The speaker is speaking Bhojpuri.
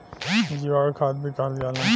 जीवाणु खाद भी कहल जाला